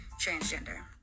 transgender